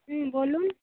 হুম বলুন